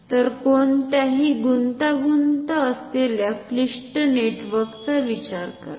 तर कोणत्याही गुंतागुंत असलेल्या क्लिष्ट नेटवर्कचा विचार करा